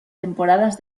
temporadas